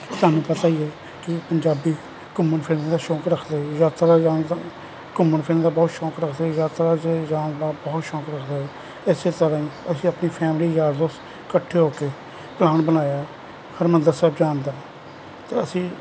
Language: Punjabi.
ਤੁਹਾਨੂੰ ਪਤਾ ਹੀ ਹੈ ਕਿ ਪੰਜਾਬੀ ਘੁੰਮਣ ਫਿਰਨ ਦਾ ਸ਼ੌਂਕ ਰੱਖਦੇ ਯਾਤਰਾ ਜਾਣ ਦਾ ਘੁੰਮਣ ਫਿਰਨ ਦਾ ਬਹੁਤ ਸ਼ੌਂਕ ਰੱਖਦੇ ਯਾਤਰਾ ਤੇ ਜਾਣ ਦਾ ਬਹੁਤ ਸ਼ੌਂਕ ਰੱਖਦਾ ਏ ਇਸੇ ਤਰ੍ਹਾਂ ਹੀ ਅਸੀਂ ਆਪਣੀ ਫੈਮਲੀ ਯਾਰ ਦੋਸਤ ਇਕੱਠੇ ਹੋ ਕੇ ਪਲਾਨ ਬਣਾਇਆ ਹਰਿਮੰਦਰ ਸਾਹਿਬ ਜਾਣ ਦਾ ਤੇ ਅਸੀਂ